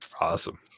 Awesome